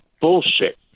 bullshit